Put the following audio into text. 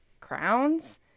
crowns